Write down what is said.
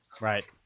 right